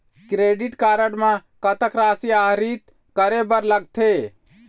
Credit card म कतक राशि आहरित करे बर लगथे?